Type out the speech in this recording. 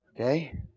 Okay